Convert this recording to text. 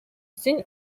син